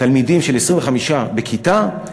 25 תלמידים בכיתה,